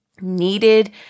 needed